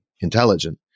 intelligent